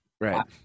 Right